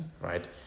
right